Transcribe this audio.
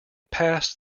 passed